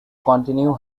continue